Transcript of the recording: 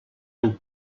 han